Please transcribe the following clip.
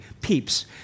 Peeps